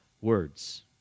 words